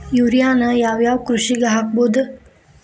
ಯೂರಿಯಾನ ಯಾವ್ ಯಾವ್ ಕೃಷಿಗ ಹಾಕ್ಬೋದ?